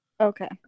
Okay